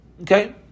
Okay